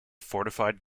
fortified